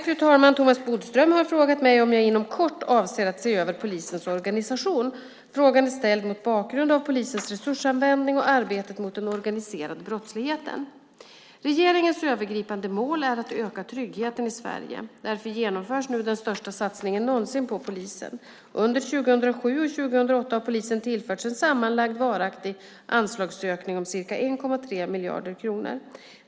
Fru talman! Thomas Bodström har frågat mig om jag inom kort avser att se över polisens organisation. Frågan är ställd mot bakgrund av polisens resursanvändning och arbetet mot den organiserade brottsligheten. Regeringens övergripande mål är att öka tryggheten i Sverige. Därför genomförs nu den största satsningen någonsin på polisen. Under 2007 och 2008 har polisen tillförts en sammanlagd varaktig anslagsökning om ca 1,3 miljarder kronor.